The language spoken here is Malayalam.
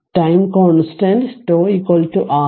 time constant τ RC